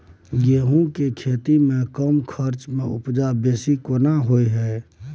गेहूं के खेती में कम खर्च में उपजा बेसी केना होय है?